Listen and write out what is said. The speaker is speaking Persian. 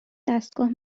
دستگاه